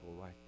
right